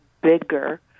bigger